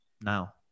now